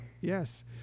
Yes